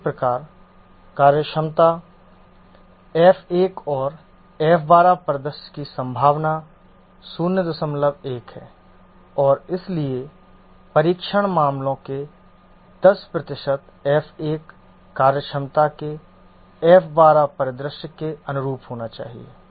इसी प्रकार कार्यक्षमता F1 के F12 परिदृश्य की संभावना 01 है और इसलिए परीक्षण मामलों के 10 प्रतिशत F1 कार्यक्षमता के F12 परिदृश्य के अनुरूप होना चाहिए